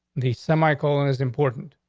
the semicolon is important.